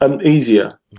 Easier